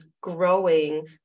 growing